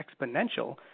exponential